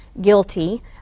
guilty